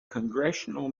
congressional